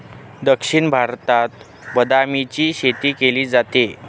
दक्षिण भारतात बदामाची शेती केली जाते